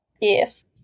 Yes